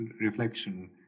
reflection